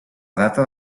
data